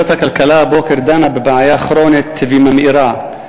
ועדת הכלכלה דנה הבוקר בבעיה כרונית וממאירה.